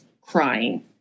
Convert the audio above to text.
crying